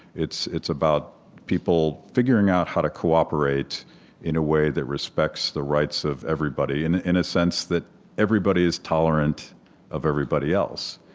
it's it's about people figuring out how to cooperate in a way that respects the rights of everybody, in in a sense that everybody is tolerant of everybody else.